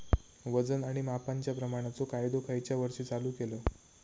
वजन आणि मापांच्या प्रमाणाचो कायदो खयच्या वर्षी चालू केलो?